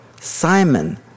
Simon